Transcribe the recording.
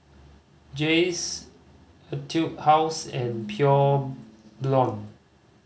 Jays Etude House and Pure Blonde